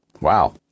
Wow